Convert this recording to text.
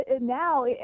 now